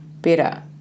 better